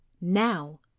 Now